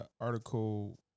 Article